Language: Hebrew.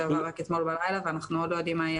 זה קרה רק אתמול בלילה ואנחנו עוד לא יודעים מה תהיה